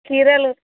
కీరాలు